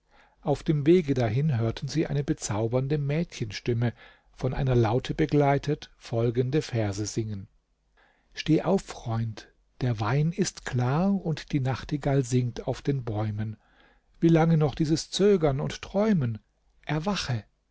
auf dem wege dahin hörten sie eine bezaubernde mädchenstimme von einer laute begleitet folgende verse singen steh auf freund der wein ist klar und die nachtigall singt auf den bäumen wie lange noch dieses zögern und träumen erwache